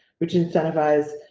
which incentivize